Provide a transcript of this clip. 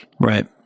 Right